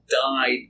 died